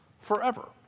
forever